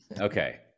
Okay